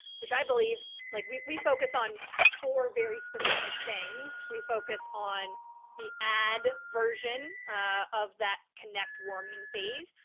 which i believe like we we focus on four very specific things. we focus on the ad version of that connect warming phase.